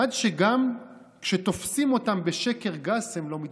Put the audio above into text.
עד שגם כשתופסים אותם בשקר גס הם לא מתביישים.